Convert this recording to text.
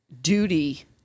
duty